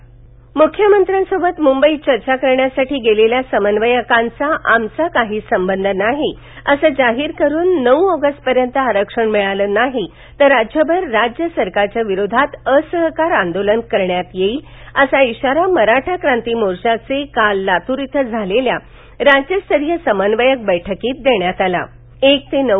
मराठा आरक्षण लातुर मुख्यमंत्र्यासोबत मुंबईत चर्चा करण्यासाठी गेलेल्या समन्वयकांचा आमचा कांही संबंध नाही असं जाहीर करून नऊ ऑगस्टपर्यंत आरक्षण मिळाले नाही तर राज्यभर राज्य सरकारच्या विरोधात असहकार आंदोलन करण्यात येईल असा इशारा मराठा क्रांती मोर्चाच्या काल लातुर इथं झालेल्या राज्यस्तरीय समन्वयक बैठकीत देण्यात आलाएक ते नऊ